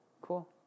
cool